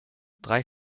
drei